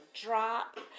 drop